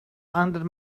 under